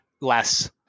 less